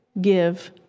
give